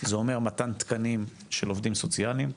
זה אומר מתן תקנים של עובדים סוציאליים,